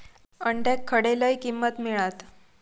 अंड्याक खडे लय किंमत मिळात?